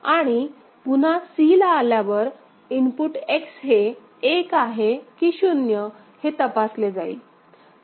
आणि पुन्हा c ला आल्यावर इनपुट X हे 1 आहे की 0 हे तपासले जाईल